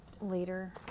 later